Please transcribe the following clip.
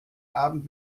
abend